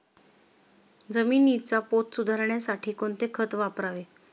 जमिनीचा पोत सुधारण्यासाठी कोणते खत वापरावे?